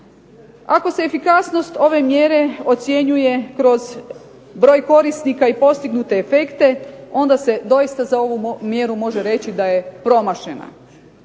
Ako se efikasnost ove mjere ocjenjuje kroz broj korisnika i postignute efekte onda se doista za ovu mjeru može reći da je promašena.